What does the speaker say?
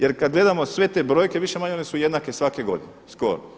Jer kad gledamo sve te brojke više-manje one su jednake svake godine skoro.